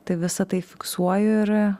tai visa tai fiksuoju ir